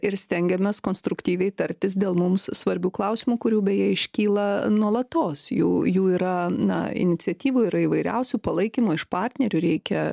ir stengiamės konstruktyviai tartis dėl mums svarbių klausimų kurių beje iškyla nuolatos jų jų yra na iniciatyvų yra įvairiausių palaikymo iš partnerių reikia